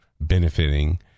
benefiting